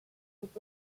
would